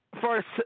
first